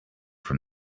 from